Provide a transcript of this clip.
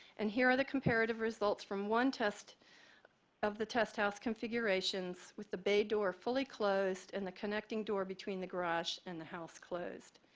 and here are the comparative results from one test of the test house configurations with the bay door fully closed in the connecting door between the garage and the house closed.